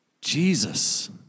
Jesus